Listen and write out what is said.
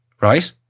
right